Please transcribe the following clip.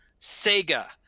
Sega